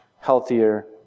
healthier